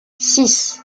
six